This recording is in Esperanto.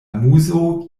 muso